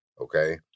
Okay